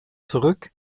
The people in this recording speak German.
zurück